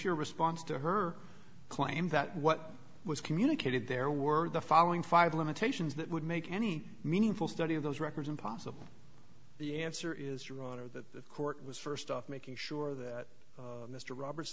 your response to her claim that what was communicated there were the following five limitations that would make any meaningful study of those records impossible the answer is your honor that the court was first off making sure that mr rober